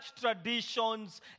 traditions